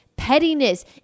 pettiness